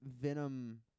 Venom